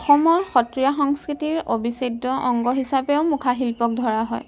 অসমৰ সত্ৰীয়া সংস্কৃতিৰ অবিচ্ছেদ্য অংগ হিচাপেও মুখাশিল্পক ধৰা হয়